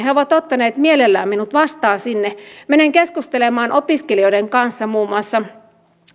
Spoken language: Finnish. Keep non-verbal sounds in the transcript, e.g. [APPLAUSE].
[UNINTELLIGIBLE] he ovat ottaneet mielellään minut vastaan sinne menen keskustelemaan opiskelijoiden kanssa muun muassa